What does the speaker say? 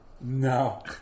No